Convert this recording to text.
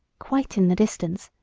quite in the distance,